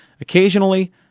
occasionally